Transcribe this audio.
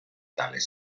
tales